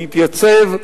להתייצב,